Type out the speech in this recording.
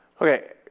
Okay